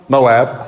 Moab